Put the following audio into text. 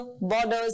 borders